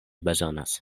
bezonas